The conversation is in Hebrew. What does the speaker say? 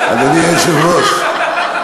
אדוני היושב-ראש,